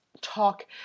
talk